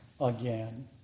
again